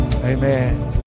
Amen